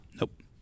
Nope